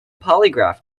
polygraph